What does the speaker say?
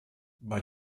bei